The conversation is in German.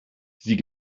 sieh